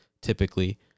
typically